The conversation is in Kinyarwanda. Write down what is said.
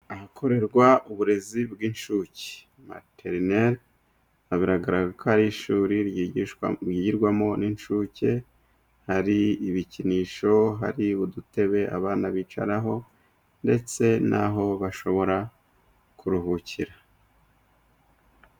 Ahakorerwa uburezi bw'incuke. Materineri, biragaragara ko ari ishuri ryigirwamo n'incuke, hari ibikinisho, hari udutebe abana bicaraho, ndetse n'aho bashobora kuruhukira.